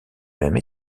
même